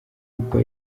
kuko